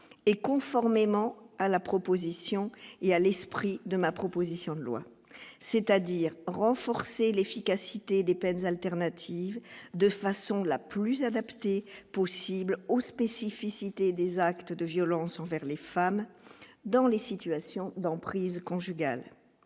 et conformément à la proposition et à l'esprit de ma proposition de loi, c'est-à-dire renforcer l'efficacité des peines alternatives de façon la plus adaptée possible aux spécificités des actes de violence envers les femmes dans les situations d'emprise conjugale